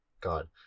God